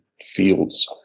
fields